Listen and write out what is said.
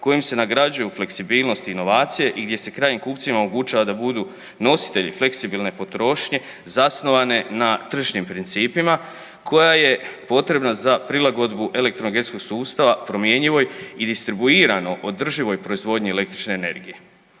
kojim se nagrađuju fleksibilnost i inovacije i gdje se krajnjim kupcima omogućava da budu nositelji fleksibilne potrošnje zasnovane na tržišnim principima koja je potrebna za prilagodbu elektroenergetskog sustava promjenjivoj i distribuirano održivoj proizvodnji električne energije.